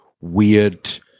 weird